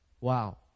Wow